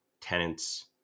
tenants